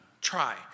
Try